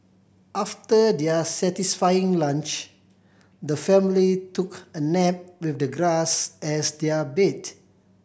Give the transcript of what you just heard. after their satisfying lunch the family took a nap with the grass as their bed